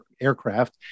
aircraft